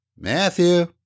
Matthew